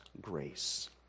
grace